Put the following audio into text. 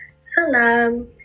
Salam